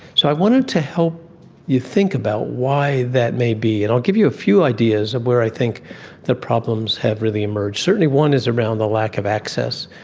so i wanted to help you think about why that may be. and i'll give you a few ideas of where i think the problems have really emerged. certainly one is around a lack of access.